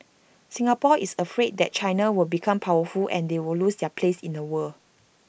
Singapore is afraid that China will become powerful and they will lose their place in the world